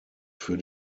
für